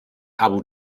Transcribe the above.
abu